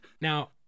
Now